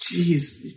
Jeez